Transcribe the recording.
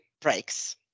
breaks